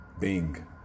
Bing